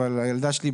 אבל הילדה שלי,